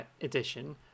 edition